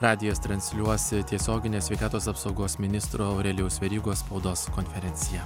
radijas transliuos tiesioginę sveikatos apsaugos ministro aurelijaus verygos spaudos konferenciją